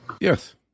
Yes